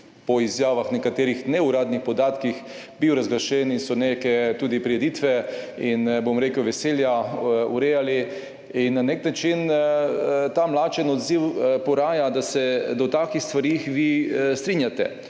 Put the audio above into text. po izjavah nekaterih neuradnih podatkih bil razglašen in so neke tudi prireditve in bom rekel, veselja urejali. In na nek način ta mlačen odziv poraja, da se do takih stvari vi strinjate.